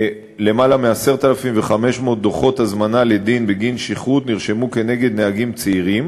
למעלה מ-10,500 דוחות הזמנה לדין בגין שכרות נרשמו כנגד נהגים צעירים,